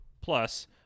plus